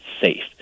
safe